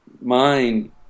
mind